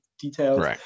details